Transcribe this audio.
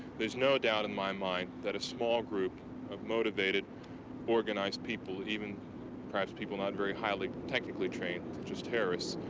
there's no doubt in my mind that a small group of motivated organized people, even perhaps people not very highly technically trained such as terrorists,